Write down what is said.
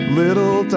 little